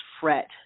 fret